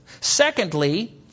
Secondly